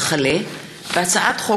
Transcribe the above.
וכלה בהצעת חוק